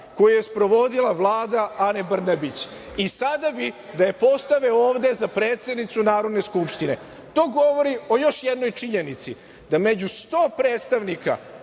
koju je sprovodila Vlada Ane Brnabić i sada bi da je postave ovde za predsednicu Narodne skupštine. To govori o još jednoj činjenici, da među 100 predstavnika